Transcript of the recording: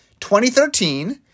2013